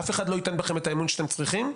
אף אחד לא ייתן בכם את האמון שאתם צריכים,